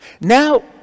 Now